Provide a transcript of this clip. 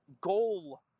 goal